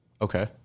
Okay